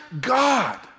God